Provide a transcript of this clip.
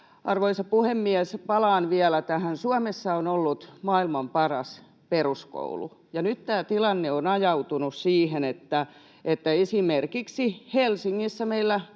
Arvoisa puhemies! Palaan vielä tähän: Suomessa on ollut maailman paras peruskoulu, mutta nyt tämä tilanne on ajautunut siihen, että esimerkiksi Helsingissä meillä